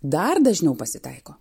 dar dažniau pasitaiko